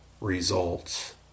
results